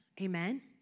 Amen